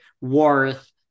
worth